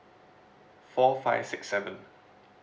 four five six seven